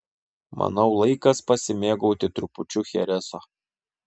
manau laikas pasimėgauti trupučiu chereso